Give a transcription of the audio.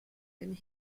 and